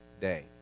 day